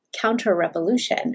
counter-revolution